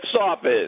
office